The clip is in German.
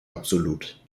absolut